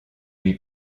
lui